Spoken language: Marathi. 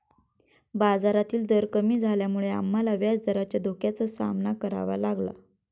बाजारातील दर कमी झाल्यामुळे आम्हाला व्याजदराच्या धोक्याचा सामना करावा लागला